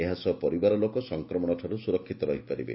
ଏହାସହ ପରିବାର ଲୋକ ସଂକ୍ରମଣଠାରୁ ସୁରକ୍ଷିତ ରହିପାରିବେ